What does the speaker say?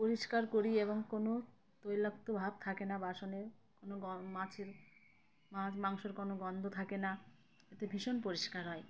পরিষ্কার করি এবং কোনো তৈলাক্ত ভাব থাকে না বাসনে কোনো গ মাছের মাছ মাংসের কোনো গন্ধ থাকে না এতে ভীষণ পরিষ্কার হয়